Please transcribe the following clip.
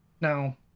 Now